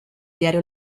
diario